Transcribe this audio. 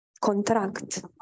contract